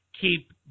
keep